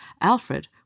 Alfred